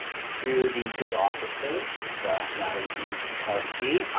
through the good offices of madam denise brukowski,